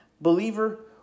Believer